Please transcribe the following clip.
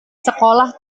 sekolah